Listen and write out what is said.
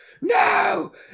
No